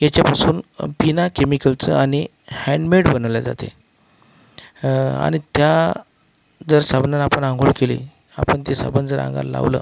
याच्यापासून बिना केमीकलचं आणि हॅन्डमेड बनवले जाते आणि त्या जर साबणाने आपण आंघोळ केली आपण ते साबण जर अंगाला लावलं